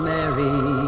Mary